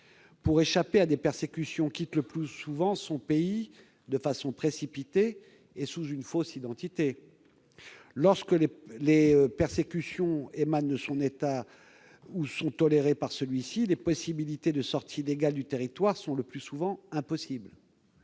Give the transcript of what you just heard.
-pour échapper à des persécutions quitte le plus souvent son pays de façon précipitée et sous une fausse identité. Lorsque les persécutions émanent de son État ou sont tolérées par celui-ci, les possibilités de sortie légale du territoire sont le plus souvent impossibles.